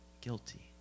guilty